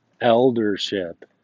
eldership